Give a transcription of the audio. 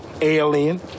Alien